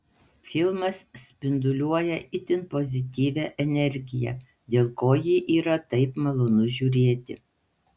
filmas spinduliuoja itin pozityvia energija dėl ko jį yra taip malonu žiūrėti